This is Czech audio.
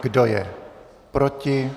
Kdo je proti?